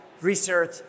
research